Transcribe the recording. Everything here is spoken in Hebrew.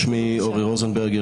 שמי אורי רוזנברגר.